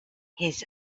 his